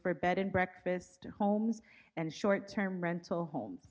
a bed and breakfast homes and short term rental homes